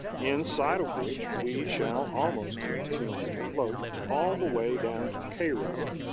in sight of which we shall almost continually float, all the way down to cairo,